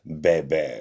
baby